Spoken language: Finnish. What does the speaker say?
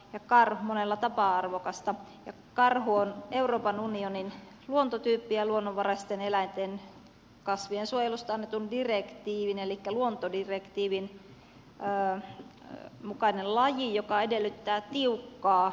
ei karhunilla tapaa arvokasta ja karhu on euroopan unionin luontotyyppien ja luonnonvaraisten eläinten ja kasvien suojelusta annetun direktiivin elikkä luontodirektiivin mukainen laji joka edellyttää tiukkaa suojelua